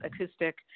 acoustic